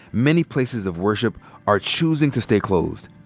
many places of worship are choosing to stay closed,